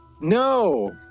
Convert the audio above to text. no